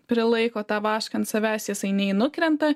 prilaiko tą vašką ant savęs jisai nei nukrenta